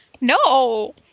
No